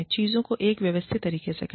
चीजों को एक व्यवस्थित तरीके से करें